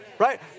Right